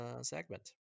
segment